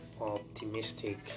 optimistic